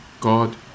God